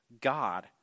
God